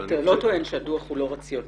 אני מקווה שאתה לא טוען שהדוח הוא לא רציונלי.